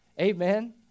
Amen